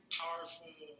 powerful